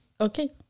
okay